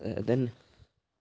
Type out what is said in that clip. ആ അത് തന്നെ